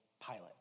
pilot